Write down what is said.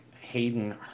Hayden